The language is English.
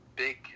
Big